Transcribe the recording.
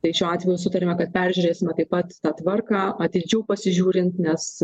tai šiuo atveju sutarėme kad peržiūrėsime taip pat tą tvarką atidžiau pasižiūrint nes